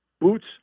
Boots